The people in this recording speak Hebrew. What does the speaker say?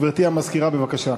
גברתי המזכירה, בבקשה.